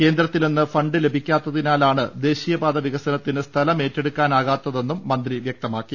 കേന്ദ്രത്തിൽ നിന്ന് ഫണ്ട് ലഭിക്കാത്തതിനാലാണ് ദേശീയപാത വികസനത്തിന് സ്ഥലമേറ്റെടുക്കാനാകാത്തതെന്നും മന്ത്രി പറഞ്ഞു